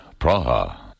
Praha